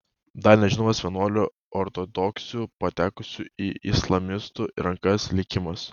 dar nežinomas vienuolių ortodoksių patekusių į islamistų rankas likimas